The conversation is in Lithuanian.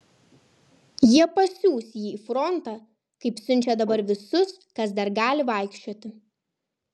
jie pasiųs jį į frontą kaip siunčia dabar visus kas dar gali vaikščioti